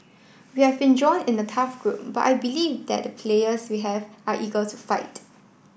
we have been drawn in a tough group but I believe that the players we have are eager to fight